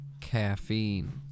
caffeine